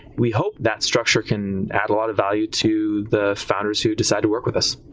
we hope that structure can add a lot of value to the founders who decide to work with us.